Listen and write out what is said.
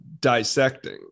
dissecting